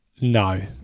No